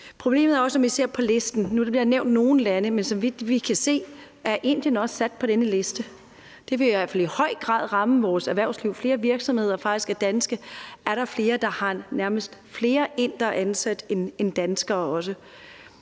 problem, når vi ser på listen. Nu bliver der nævnt nogle lande, men så vidt vi kan se, er Indien også sat på denne liste. Det vil i hvert fald i høj grad ramme vores erhvervsliv. Der er flere danske virksomheder, der faktisk nærmest har flere indere ansat end danskere.